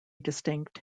distinct